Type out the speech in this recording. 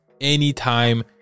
Anytime